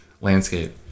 landscape